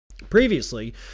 Previously